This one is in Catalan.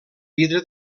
vidre